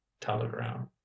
telegram